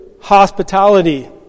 hospitality